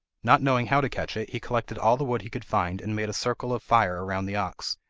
not knowing how to catch it, he collected all the wood he could find and made a circle of fire round the ox,